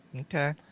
Okay